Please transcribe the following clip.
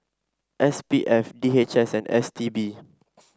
S P F D H S and S T B